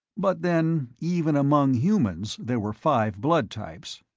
but then, even among humans there were five blood types.